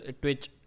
twitch